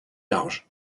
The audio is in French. large